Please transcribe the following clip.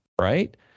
Right